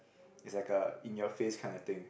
it's like a in your face kind of thing